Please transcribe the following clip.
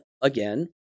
again